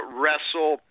wrestle